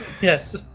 Yes